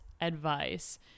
advice